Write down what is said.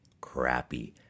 crappy